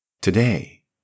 Today